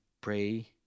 pray